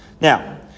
Now